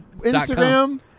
Instagram